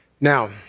Now